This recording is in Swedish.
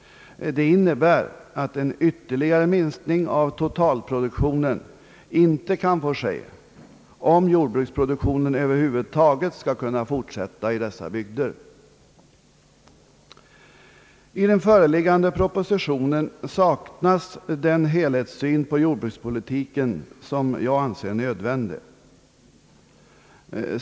Det innebär att en ytterligare minskning av totalproduktionen inte kan få ske, om jordbruksproduktionen över huvud taget skall kunna fortsätta i dessa bygder: I den föreliggande propositionen saknas den helhetssyn på jordbrukspolitiken som jag anser vara nödvändig.